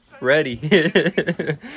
ready